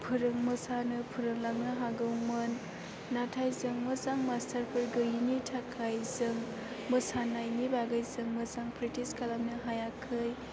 मोसानो फोरोंलांनो हागौमोन नाथाय जों मोजां मास्टार फोर गैयिनि थाखाय मोसानायनि बागै जों मोजां प्रेक्टिस खालामनो हायाखै